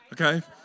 Okay